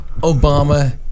Obama